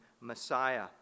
Messiah